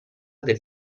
del